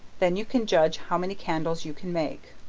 then you can judge how many candles you can make,